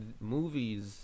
movies